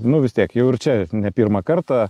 nu vis tiek jau ir čia ne pirmą kartą